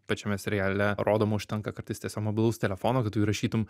pačiame seriale rodoma užtenka kartais tiesiog mobilaus telefono kad tu įrašytum